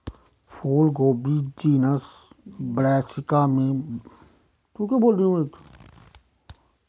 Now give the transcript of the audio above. फूलगोभी genus Brassica में Brassica oleracea प्रजाति की कई सब्जियों में से एक है